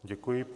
Děkuji.